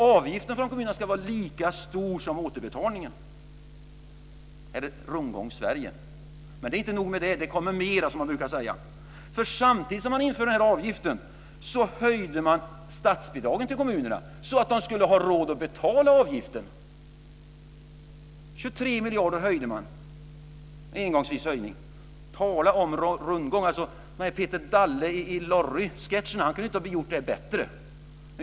Avgiften från kommunerna ska vara lika stor som återbetalningen. Det är ett Rundgångs-Sverige. Men det är inte nog med det. Det kommer mer, som man brukar säga. Samtidigt som man införde den här avgiften höjde man statsbidragen till kommunerna, så att de skulle ha råd att betala avgiften. 23 miljarder höjde man, en engångshöjning. Tala om rundgång! Peter Dalle kunde inte ha gjort det bättre i Lorrysketcherna.